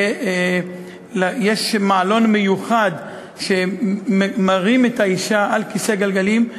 יש מעלון מיוחד שמרים את האישה על כיסא גלגלים,